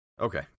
Okay